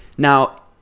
Now